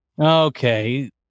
Okay